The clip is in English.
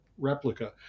replica